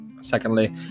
Secondly